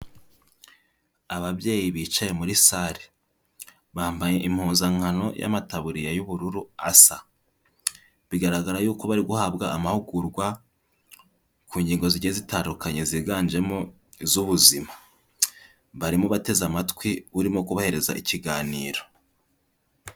Ababyeyi bicaye muri salle, bambaye impuzankano y'amataburiya y'ubururu asa, bigaragara yuko bari guhabwa amahugurwa ku ngingo zigiye zitandukanye ziganjemo iz'ubuzima, barimo bateze amatwi urimo kubahereza ikiganiro.